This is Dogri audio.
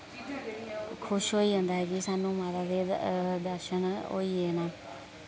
खुश होई जंदा ऐ कि सानू माता दे दर्शन होई गे न